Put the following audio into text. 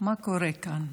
מה קורה כאן.